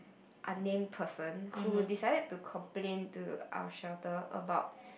unnamed person who decided to complain to a shelter about